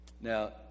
Now